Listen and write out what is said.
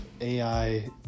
AI